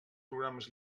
programes